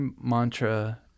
mantra